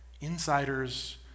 Insiders